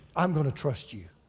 i'm gonna trust you.